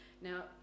Now